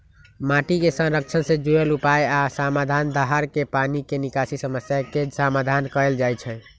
माटी के संरक्षण से जुरल उपाय आ समाधान, दाहर के पानी के निकासी समस्या के समाधान कएल जाइछइ